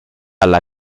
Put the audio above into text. alla